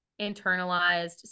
internalized